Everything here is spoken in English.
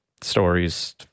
stories